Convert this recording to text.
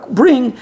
bring